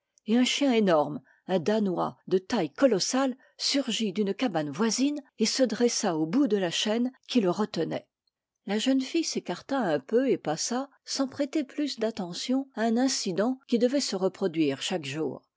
et un chien énorme un danois de taille colossale surgit d'une cabane voisine et se dressa au bout de la chaîne qui le retenait la jeune fille s'écarta un peu et passa sans prêter plus d'attention à un incident qui devait se reproduire chaque jour